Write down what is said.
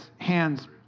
hands